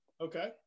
okay